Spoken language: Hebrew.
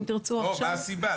לא, מה הסיבה?